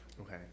okay